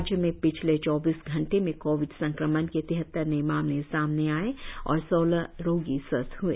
राज्य में पिछले चौबीस घंटे में कोविड संक्रमण के तिहत्तर नए मामले सामने आए और सोलह रोगी स्वस्थ्य हुए